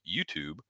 YouTube